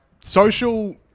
Social